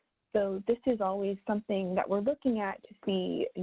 so, this is always something that we're looking at to see, and